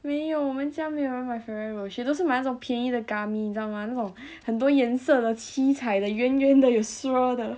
没有我们家没有人买 Ferrero Rocher 都是买那种便宜的 gummy 你知道吗那种很多颜色的七彩的圆圆的有 swirl 的